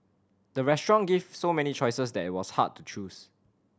the restaurant gave so many choices that it was hard to choose